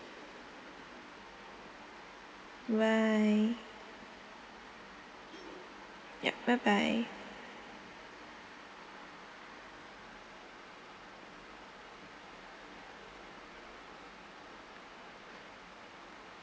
bye ya bye bye